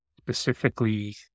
specifically